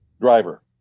Driver